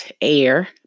air